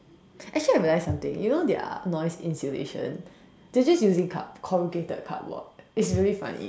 actually I realize something you know their noise insulation they're just using card~ corrugated cardboard it's really funny